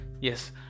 yes